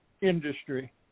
industry